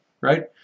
right